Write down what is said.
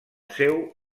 seu